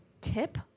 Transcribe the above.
tip